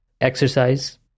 exercise